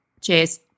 Cheers